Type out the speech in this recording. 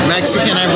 Mexican